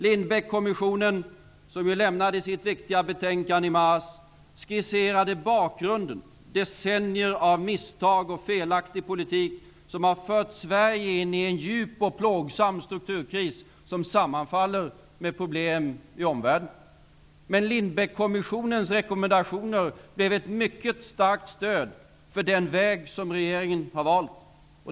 Lindbeckkommissionen avlämnade sitt viktiga betänkande i mars. Kommissionen skisserade bakgrunden, dvs. decennier av misstag och felaktig politik som förde Sverige in i en djup och plågsam strukturkris, vilken sammanfaller med problemen i omvärlden. Lindbeckkommissionens rekommendationer blev ett mycket starkt stöd för den väg som regeringen har valt.